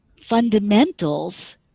fundamentals